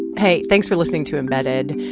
hey. thanks for listening to embedded.